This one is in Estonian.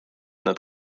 nad